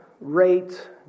rate